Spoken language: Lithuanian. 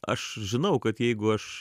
aš žinau kad jeigu aš